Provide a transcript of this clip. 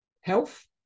health